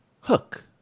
Hook